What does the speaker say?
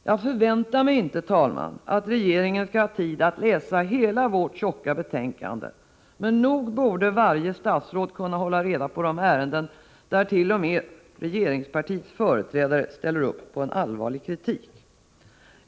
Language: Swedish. Jag förväntar mig inte, herr talman, att regeringen skall ha tid att läsa hela vårt tjocka betänkande, men nog borde varje statsråd kunna hålla reda på de ärenden där t.o.m. regeringspartiets företrädare ställer upp på en allvarlig kritik.